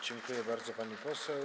Dziękuję bardzo, pani poseł.